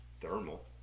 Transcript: thermal